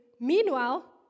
meanwhile